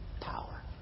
power